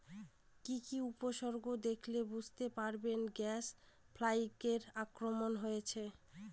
কি কি উপসর্গ দেখলে বুঝতে পারব গ্যাল ফ্লাইয়ের আক্রমণ হয়েছে?